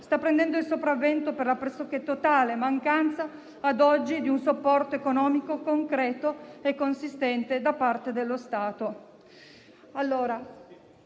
sta prendendo il sopravvento per la pressoché totale mancanza, ad oggi, di un supporto economico concreto e consistente da parte dello Stato.